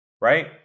Right